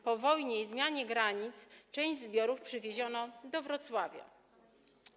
Po wojnie i zmianie granic część zbiorów przywieziono do Wrocławia.